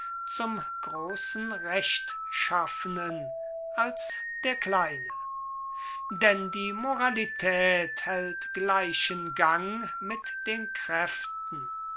zum großen rechtschaffenen als der kleine denn die moralität hält gleichen gang mit den kräften